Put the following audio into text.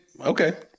okay